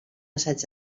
assaig